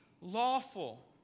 lawful